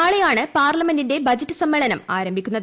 നാളെയാണ് പാർലമെന്റിന്റെ ബജറ്റ് സമ്മേളനം ആരംഭിക്കുന്നത്